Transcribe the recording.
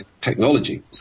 technology